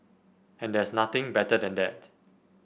and there's nothing better than that